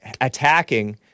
attacking